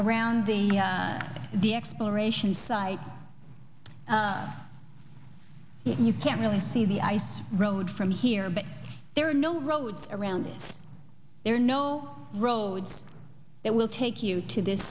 around the the exploration side you can't really see the ice road from here but there are no roads around it there are no roads that will take you to this